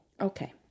Okay